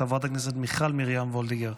חברת הכנסת מיכל מרים וולדיגר.